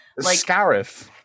Scarif